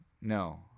No